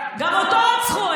גם אותו רצחו.